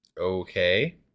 Okay